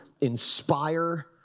inspire